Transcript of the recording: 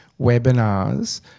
webinars